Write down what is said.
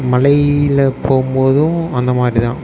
மழையில் போகும் போதும் அந்த மாதிரி தான்